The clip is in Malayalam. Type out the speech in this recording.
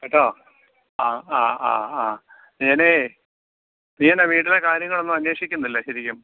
കേട്ടോ ആ ആ ആ ഞാനേ നീയെന്നാ വീട്ടിലെ കാര്യങ്ങളൊന്നും അന്വേഷിക്കുന്നില്ലേ ശരിക്കും